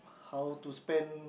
how to spend